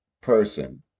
person